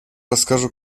расскажу